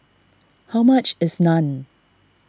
how much is Naan